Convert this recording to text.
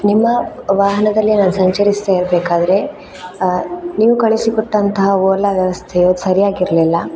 ನಿಮ್ಮ ವಾಹನದಲ್ಲೇ ನಾನು ಸಂಚರಿಸ್ತಾಯಿರಬೇಕಾದ್ರೆ ನೀವು ಕಳಿಸಿ ಕೊಟ್ಟಂತಹ ಓಲಾ ವ್ಯವಸ್ಥೆ ಅದು ಸರಿಯಾಗಿರಲಿಲ್ಲ